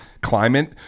Climate